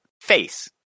face